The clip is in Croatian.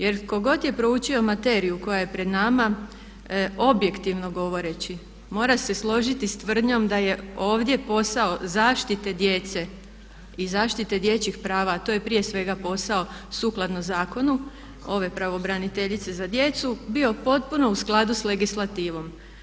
Jer tko god je proučio materiju koja je pred nama objektivno govoreći mora se složiti s tvrdnjom da je ovdje posao zaštite djece i zaštite dječjih prava a to je prije svega posao sukladno zakonu ove pravobraniteljice za djecu bio potpuno u skladu s legislativom.